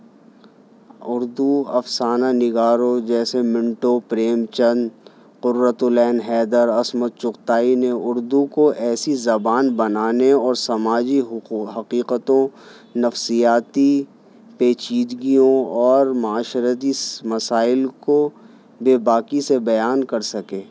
اردو افسانہ نگاروں جیسے منٹو پریم چند قرۃ العین حیدر عصمت چغتائی نے اردو کو ایسی زبان بنانے اور سماجی حقوق حقیقتوں نفسیاتی پیچیدگیوں اور معاشرتی مسائل کو بےباقی سے بیان کر سکے